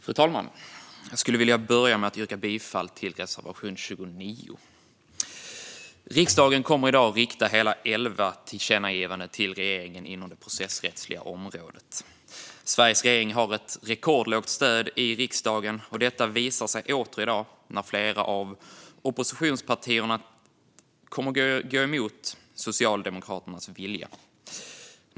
Fru talman! Jag vill börja med att yrka bifall till reservation 29. Riksdagen kommer i dag att rikta hela elva tillkännagivanden till regeringen inom det processrättsliga området. Sveriges regering har ett rekordlågt stöd i riksdagen, och detta visar sig åter i dag när flera av oppositionspartierna kommer att gå emot Socialdemokraternas vilja.